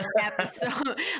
episode